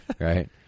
right